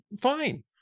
fine